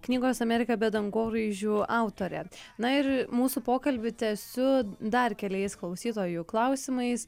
knygos amerika be dangoraižių autore na ir mūsų pokalbį tęsiu dar keliais klausytojų klausimais